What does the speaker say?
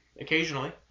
Occasionally